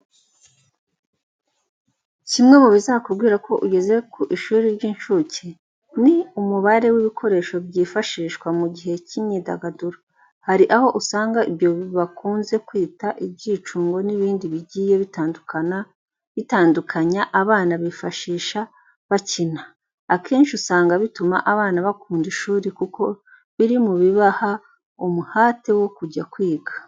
Kimwe mu bizakubwira ko ugeze ku ishuri ry'inshuke, ni umubare w'ibikoresho byifashishwa mu gihe cy'imyidagaduro .Hari aho uzasanga ibyo bakunze kwita ibyicungo n'ibindi bigiye bitandukanya abana bifashisha bakina .Akenshi usanga bituma abana bakunda ishuri kuko biri mu bibaha umuhate wo kujya kwiga.